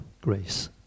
grace